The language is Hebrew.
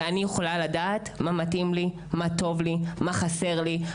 אני יכולה לדעת מה טוב לי ומה חסר לי,